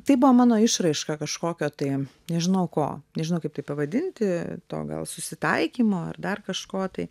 tai buvo mano išraiška kažkokio tai nežinau ko nežino kaip tai pavadinti to gal susitaikymo ar dar kažko tai